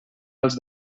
els